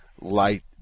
light